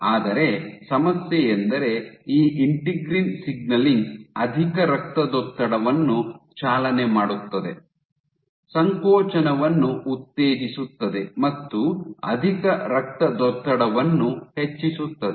ಆದರೆ ಸಮಸ್ಯೆಯೆಂದರೆ ಈ ಇಂಟಿಗ್ರಿನ್ ಸಿಗ್ನಲಿಂಗ್ ಅಧಿಕ ರಕ್ತದೊತ್ತಡವನ್ನು ಚಾಲನೆ ಮಾಡುತ್ತದೆ ಸಂಕೋಚನವನ್ನು ಉತ್ತೇಜಿಸುತ್ತದೆ ಮತ್ತು ಅಧಿಕ ರಕ್ತದೊತ್ತಡವನ್ನು ಹೆಚ್ಚಿಸುತ್ತದೆ